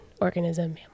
organism